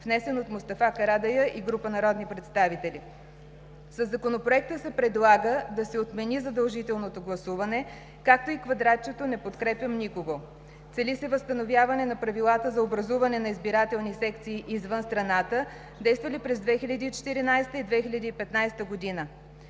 внесен от Мустафа Карадайъ и група народни представители. Със Законопроекта се предлага да се отмени задължителното гласуване, както и квадратчето „не подкрепям никого”. Цели се възстановяване на правилата за образуване на избирателни секции извън страната, действали през 2014 г. и 2015 г.